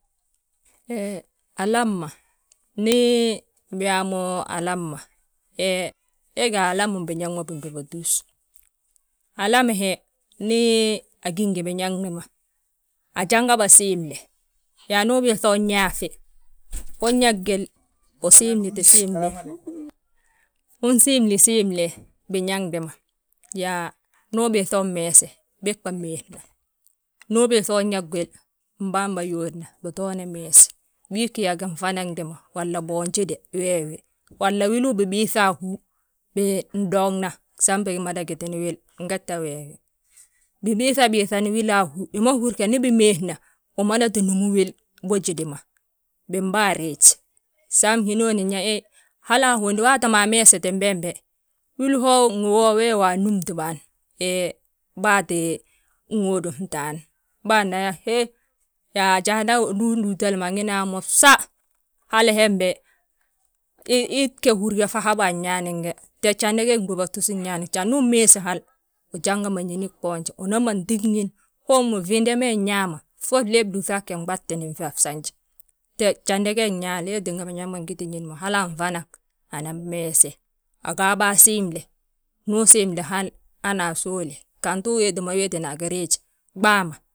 Hee, alam ma, ndi biyaa mo alam ma, he ga alamin biñaŋ ma bindúbatus. Alamin he ndi agí ngi biñaŋni ma, ajanga ba siimle, yaa ndu ubiiŧa unyaaŧi, unyaa gwil, usiimditi siimde usimli simle, biñaŋdi ma. Yaa ndu ubiiŧa uu mmeese, bégbà meesna, ndu ubiiŧa unyaa gwil, mbamba yuudna bitoona meesi. Ndi gi yaa ginfanadi ma, walla boonjide wee wi, walla wili bibiiŧa a hú bindoŋna sam bimada gitini wil ngette wee wi. Bibiiŧabiiŧani wili a hú, wi ma húri yaa ndi bimeesna, wi ma ti númi wil bojidi ma. Bii baa riij, san hínooni nyaa, he hala ahondi, waati ma ameesitim bembe, wili wo ngi wo, wee wa anúmti bâan he baa ttin ŋóodi fntaan. Bâna yaa he, yaa ajaa ndu undúutali mo, angina yaa mo bsa, hali hembe, ii gge húri ge fo habe nyaani ge. Te jandi ge gdúbatus nyaale jandi ummeesi hal, ujanga ma ñini gboonje. Uman nti ñin, hommu fyinde ma nñaama, fo flee flúŧi aa ggi nɓattini fi a saanj. Te jandi ge nyaale, wee tínga biñaŋ ngiti ñin mo, hala anfana, anan meese, agaa bâa siimle, ndu usiimli hal hana asówna gantu uwéeti ma wéetina a giriij ɓaa ma.